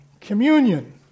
communion